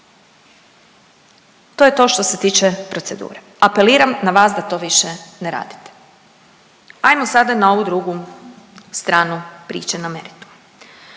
To je to što se tiče procedure, apeliram na vas da to više ne radite. Ajmo sada na ovu drugu stranu priče, na meritum.